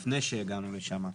לפני שהגענו לשם.